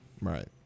right